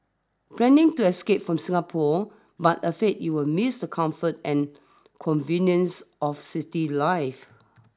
planning to escape from Singapore but afraid you will miss the comfort and conveniences of city life